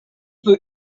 peut